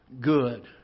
good